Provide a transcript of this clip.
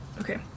Okay